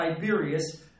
Tiberius